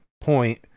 point